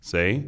Say